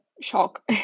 shock